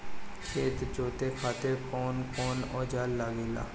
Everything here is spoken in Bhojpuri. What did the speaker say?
खेत जोते खातीर कउन कउन औजार लागेला?